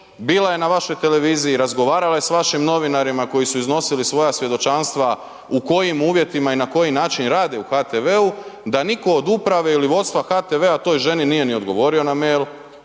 bila je na vašoj televiziji, razgovarala je sa vašim novinarima koji su iznosili svoja svjedočanstva u kojim uvjetima i na koji način rade u HTV-u, da niko od uprave ili vodstva HTV-a toj ženi nije ni odgovorio na mail,